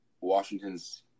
Washington's